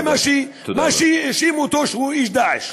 זה שהאשימו אותו שהוא איש "דאעש".